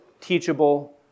Teachable